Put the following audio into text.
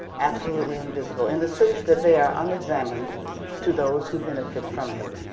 absolutely invisible, in the sense that they are unexamined to those who benefit from them,